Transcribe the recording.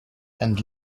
and